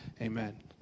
Amen